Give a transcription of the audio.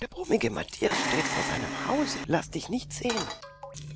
der brummige matthias steht vor seinem hause laß dich nicht sehen